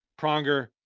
Pronger